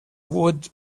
would